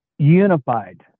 unified